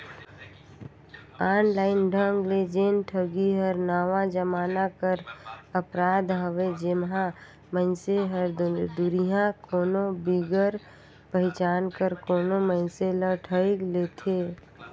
online ढंग ले जेन ठगी हर नावा जमाना कर अपराध हवे जेम्हां मइनसे हर दुरिहां कोनो बिगर पहिचान कर कोनो मइनसे ल ठइग लेथे